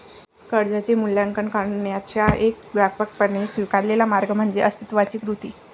कर्जाचे मूल्यांकन करण्याचा एक व्यापकपणे स्वीकारलेला मार्ग म्हणजे अस्तित्वाची कृती